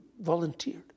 volunteered